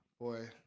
boy